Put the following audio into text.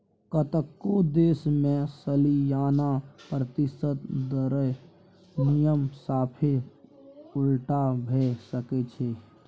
कतेको देश मे सलियाना प्रतिशत दरक नियम साफे उलटा भए सकै छै